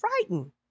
frightened